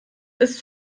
ist